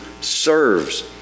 serves